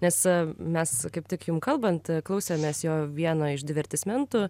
nes mes kaip tik jum kalbant klausėmės jo vieno iš divertismentų